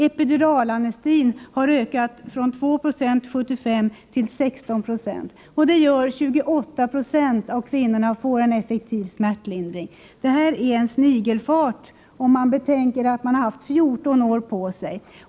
Epiduralanestesin har ökat från 2 96 1975 till 16 26. Det gör att 28 Ze av kvinnorna får en effektiv smärtlindring. Ökningen har gått med snigelfart — om vi betänker att man har haft 14 år på sig.